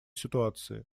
ситуации